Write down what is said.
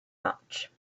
much